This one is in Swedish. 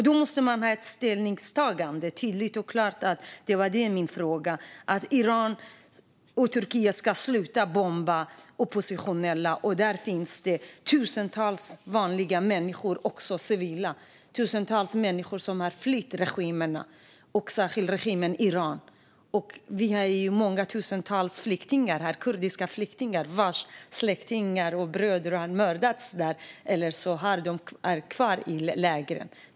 Då måste man göra ett klart och tydligt ställningstagande. Det var vad min fråga handlade om. Iran och Turkiet ska sluta att bomba oppositionella. Det finns också tusentals vanliga civila människor där som har flytt regimerna, och särskilt regimen i Iran. Vi är många tusentals kurdiska flyktingar vilkas släktingar och bröder har mördats där eller som är kvar i lägren.